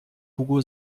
hugo